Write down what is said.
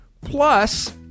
plus